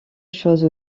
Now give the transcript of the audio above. chose